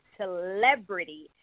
celebrity